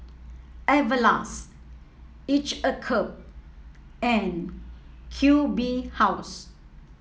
Everlast each a cup and Q B House